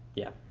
yeah,